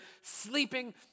sleeping